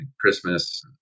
Christmas